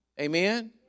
Amen